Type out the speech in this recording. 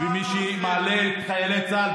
שראו את זה כבר במשכורת,